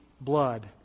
blood